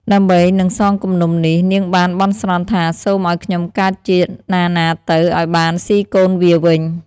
ដើម្បីនឹងសងគំនុំនេះ នាងបានបន់ស្រន់ថា "សូមឲ្យខ្ញុំកើតជាតិណាៗទៅ ឲ្យបានស៊ីកូនវាវិញ"។